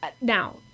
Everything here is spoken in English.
now